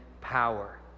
power